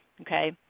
Okay